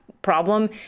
problem